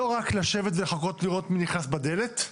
לא רק לשבת, לחכות ולראות מי נכנס בדלת,